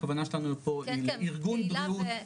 הכוונה שלנו פה היא ארגון בריאות,